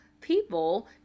people